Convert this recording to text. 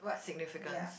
significants